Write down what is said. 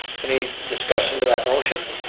so any discussion to that motion?